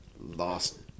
Lost